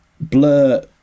Blur